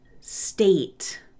state